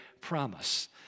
promise